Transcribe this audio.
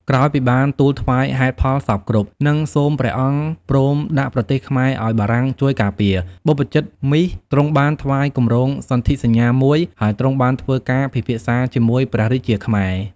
ក្រោយពីបានទូលថ្វាយហេតុផលសព្វគ្រប់ និងសូមព្រះអង្គព្រមដាក់ប្រទេសខ្មែរឱ្យបារាំងជួយការពារ បព្វជិតមីស ទ្រង់បានថ្វាយគម្រោងសន្ធិសញ្ញាមួយ ហើយទ្រង់បានធ្វើការពិភាក្សាជាមួយព្រះរាជាខ្មែរ។